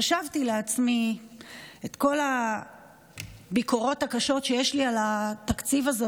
חשבתי לעצמי על כל הביקורות הקשות שיש לי על התקציב הזה,